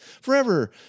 forever